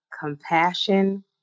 compassion